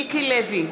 בעד מיקי לוי,